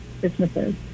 businesses